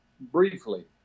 briefly